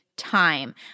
Time